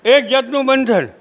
એક જાતનું બંધન